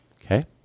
Okay